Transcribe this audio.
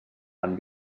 han